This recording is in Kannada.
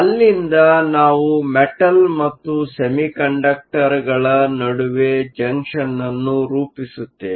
ಅಲ್ಲಿಂದ ನಾವು ಮೆಟಲ್ ಮತ್ತು ಸೆಮಿಕಂಡಕ್ಟರ್ಗಳ ನಡುವೆ ಜಂಕ್ಷನ್ ಅನ್ನು ರೂಪಿಸುತ್ತೇವೆ